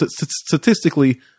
Statistically